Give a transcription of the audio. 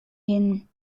hin